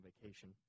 vacation